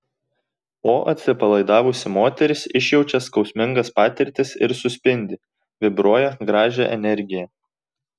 o atsipalaidavusi moteris išjaučia skausmingas patirtis ir suspindi vibruoja gražią energiją